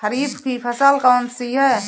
खरीफ की फसल कौन सी है?